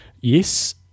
Yes